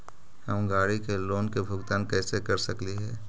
हम गाड़ी के लोन के भुगतान कैसे कर सकली हे?